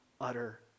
utter